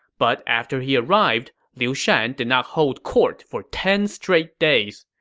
but after he arrived, liu shan did not hold court for ten straight days.